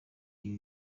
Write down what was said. ibi